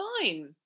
fine